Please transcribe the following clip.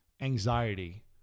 anxiety